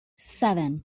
seven